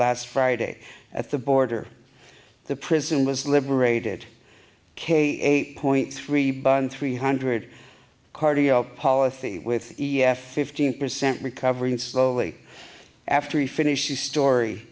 last friday at the border the prison was liberated k eight point three bun three hundred cardio policy with fifteen percent recovering slowly after he finished his story